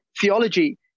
theology